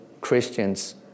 Christians